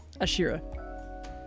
Ashira